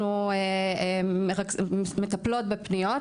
אנחנו מטפלות בפניות,